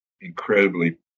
incredibly